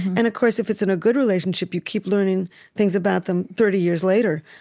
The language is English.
and of course, if it's in a good relationship, you keep learning things about them thirty years later,